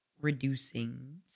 reducing